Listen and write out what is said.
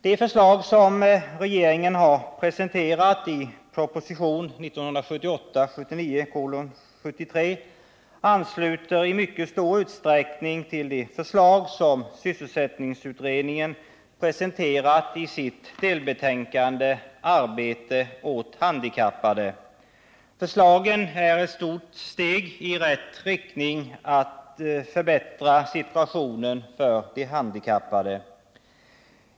De förslag som regeringen har presenterat i proposition 1978/79:73 ansluter i mycket stor utsträckning till de förslag som sysselsättningsutredningen presenterade i sitt delbetänkande Arbete åt handikappade. Förslagen är ett stort steg i rätt riktning för att förbättra situationen för de handikappade.